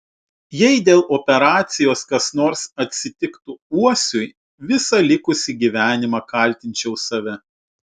jei dėl operacijos kas nors atsitiktų uosiui visą likusį gyvenimą kaltinčiau save